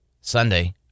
Sunday